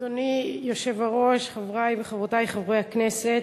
אדוני היושב-ראש, חברי וחברותי חברי הכנסת,